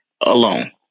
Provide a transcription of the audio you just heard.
alone